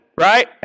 right